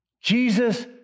Jesus